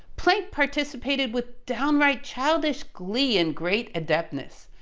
planck participated with downright childish glee and great adeptness.